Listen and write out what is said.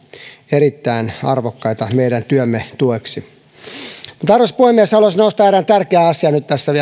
erittäin arvokkaita meidän työmme tueksi mutta arvoisa puhemies haluaisin nostaa erään tärkeän asian tässä